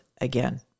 again